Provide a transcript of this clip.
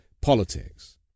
politics